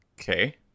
Okay